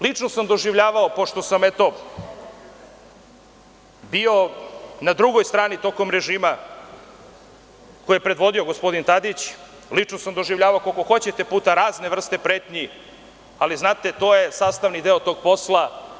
Lično sam doživljavao, pošto sam bio na drugoj strani tokom režima koji je predvodio gospodin Tadić, lično sam doživljavao koliko hoćete puta razne vrste pretnji, ali znate, to je sastavni deo tog posla.